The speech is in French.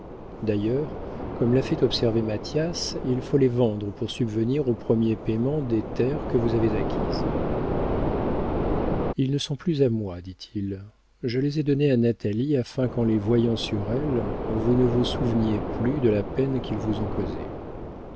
d'ailleurs comme l'a fait observer mathias il faut les vendre pour subvenir au premier payement des terres que vous avez acquises ils ne sont plus à moi dit-il je les ai donnés à natalie afin qu'en les voyant sur elle vous ne vous souveniez plus de la peine qu'ils vous ont causée